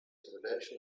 convection